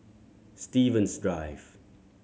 Stevens Drive